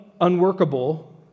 unworkable